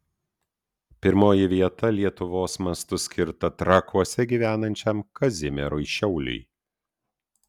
pirmoji vieta lietuvos mastu skirta trakuose gyvenančiam kazimierui šiauliui